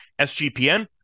SGPN